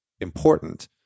important